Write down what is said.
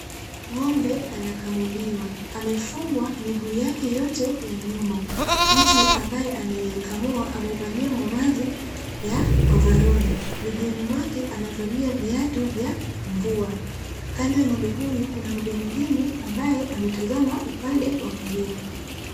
Ng'ombe anakamuliwa. Amefungwa miguu yake yote ya nyuma. Mtu ambaye anayekamua amevalia mavazi ya ovaroli. Miguuni mwake amevalia viatu vya mvua. Kando ya ng'ombe huyu, kuna ng'ombe mwingine ambaye ametazama upande wa kulia.